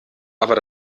aber